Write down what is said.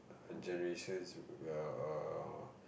generations err